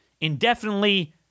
indefinitely